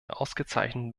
ausgezeichneten